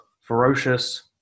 ferocious